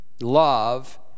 love